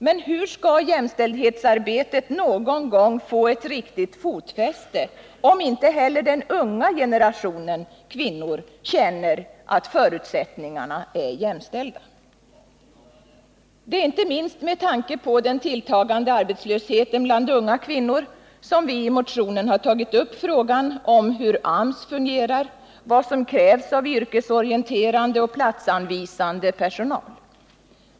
Men hur skall jämställdhetsarbetet någon gång få ett riktigt fotfäste, om inte heller den unga generationen kvinnor känner att förutsättningarna är jämställda? Det är inte minst med tanke på den tilltagande arbetslösheten bland unga kvinnor som vi i motionen tagit upp frågan om hur AMS fungerar, vad som krävs av yrkesorienterande och platsanvisande personal.